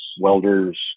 welders